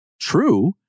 true